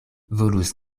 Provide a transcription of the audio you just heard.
volus